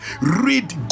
Read